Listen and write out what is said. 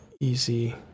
easy